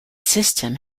system